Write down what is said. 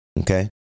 Okay